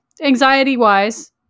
anxiety-wise